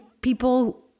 people